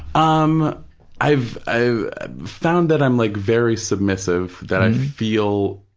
um i've i've found that i'm like very submissive, that i feel,